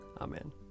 Amen